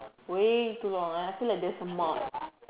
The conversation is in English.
way too long I feel like there's a mark